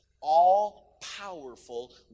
all-powerful